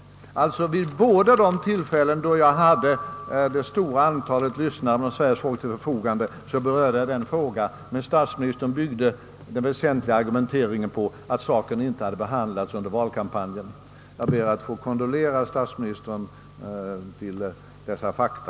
Vid bägge de tillfällen då jag hade det stora antalet lyssnare, berörde jag alltså denna fråga. Men statsministern byggde sin väsentliga argumentering på att saken inte hade behandlats under valkampanjen. Jag ber att få kondolera statsministern till dessa fakta.